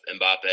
Mbappe